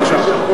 בבקשה.